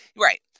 right